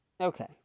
Okay